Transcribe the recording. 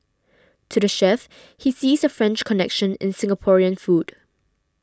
to the chef he sees a French connection in Singaporean food